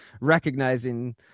recognizing